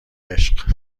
عشق